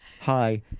hi